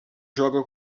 joga